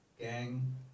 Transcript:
gang